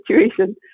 situation